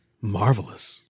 marvelous